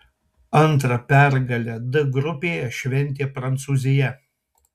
antrą pergalę d grupėje šventė prancūzija